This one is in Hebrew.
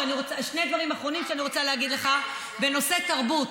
שני דברים אחרונים שאני רוצה להגיד לך בנושא תרבות.